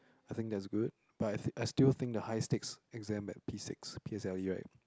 I think that's good but I I still think the high stakes exam at P six P_S_L_E right